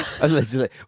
Allegedly